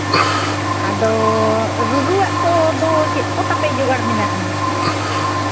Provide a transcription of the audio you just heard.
ᱟᱫᱚ ᱨᱩᱨᱩᱣᱟᱜ ᱠᱚᱫᱚ ᱪᱮᱫ ᱠᱚ ᱛᱟᱯᱮ ᱡᱳᱜᱟᱲ ᱢᱮᱱᱟᱜᱼᱟ